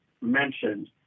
mentioned